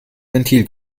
ventil